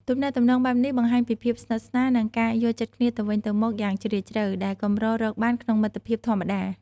ទំនាក់ទំនងបែបនេះបង្ហាញពីភាពស្និទ្ធស្នាល និងការយល់ចិត្តគ្នាទៅវិញទៅមកយ៉ាងជ្រាលជ្រៅ ដែលកម្ររកបានក្នុងមិត្តភាពធម្មតា។